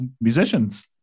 musicians